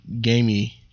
gamey